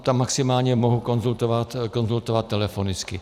Tam maximálně mohu konzultovat telefonicky.